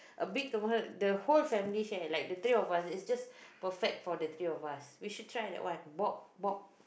a big one the whole family share like the three of us it's just perfect for the three of us we should try that one Bob Bob